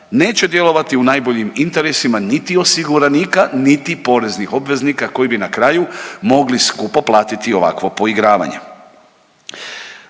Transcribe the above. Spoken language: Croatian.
neće djelovati u najboljim interesima niti osiguranika niti poreznih obveznika koji bi na kraju mogli skupo platiti ovakvo poigravanje.